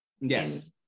Yes